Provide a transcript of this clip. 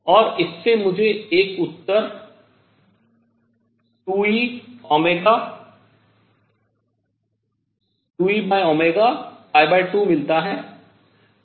और इससे मुझे एक उत्तर 2E12 मिलता है